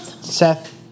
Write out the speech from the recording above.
Seth